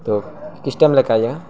تو کس ٹائم لے کے آئیے گا